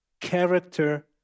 character